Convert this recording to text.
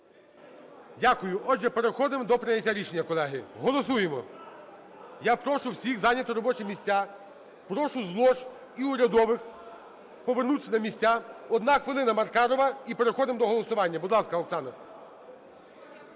Дякую. Отже, переходимо до прийняття рішення, колеги. Голосуємо. Я прошу всіх зайняти робочі місця. Прошу з лож і урядових повернутися на місця. Одна хвилина, Маркарова. І переходимо до голосування. Будь ласка, Оксана.